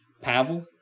Pavel